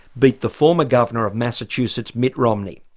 beat the former governor of massachusetts mitt romney.